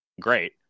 great